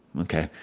ok.